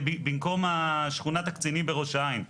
אני לא קורא לזה בשם המעושה שב"חים.